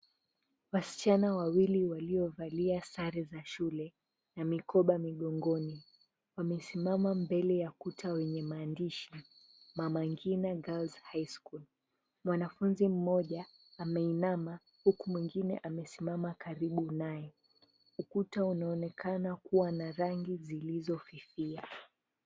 Wasichana wawili waliovalia sare za shule na mikoba migongoni, wamesimama mbele ya kuta wenye maandishi, Mama Ngina Girls High School. Mwanafunzi mmoja ameinama, huku mwingine amesimama karibu naye. Ukuta unaonekana kuwa na rangi zilizofifia.